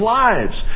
lives